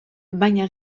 baina